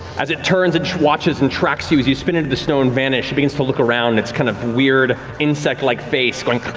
as it turns, it watches and tracks you as you spin into the snow and vanish, it begins to look around and its kind of weird, insect-like face going